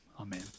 Amen